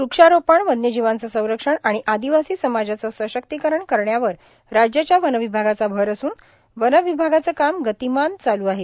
वृक्षारोपण वन्यजीवांचे संरक्षण आर्गण आर्गदवासी समाजाचं सशक्तीकरण करण्यावर राज्याच्या वर्नावभागाचा भर असून वर्नावभागाचं काम गतीमान आहे